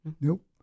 Nope